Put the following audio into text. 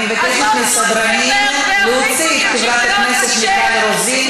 אני מבקשת מהסדרנים להוציא את חברת הכנסת מיכל רוזין.